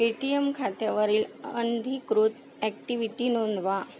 Paytm खात्यावरील अनधिकृत activity नोंदवा